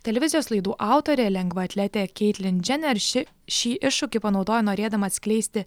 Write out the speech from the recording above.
televizijos laidų autorė lengvaatletė keitlin džener ši šį iššūkį panaudojo norėdama atskleisti